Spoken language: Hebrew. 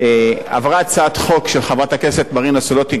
עברה הצעת חוק של חברת הכנסת מרינה סולודקין,